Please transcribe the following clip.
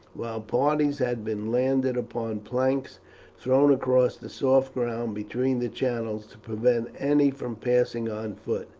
while parties had been landed upon planks thrown across the soft ground between the channels to prevent any from passing on foot.